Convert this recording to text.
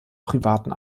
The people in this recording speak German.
privaten